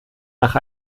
nach